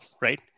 right